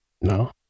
No